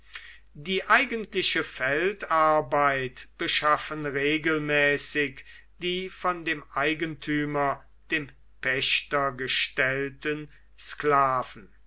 die eigentliche feldarbeit beschaffen regelmäßig die von dem eigentümer dem pächter gestellten sklaven